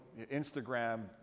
Instagram